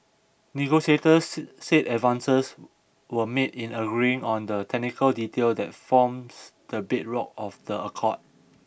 negotiators said said advances were made in agreeing on the technical detail that forms the bedrock of the accord